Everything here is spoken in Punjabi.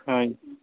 ਹਾਂਜੀ